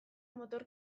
motor